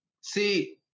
see